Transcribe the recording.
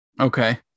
Okay